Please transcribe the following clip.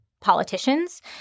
politicians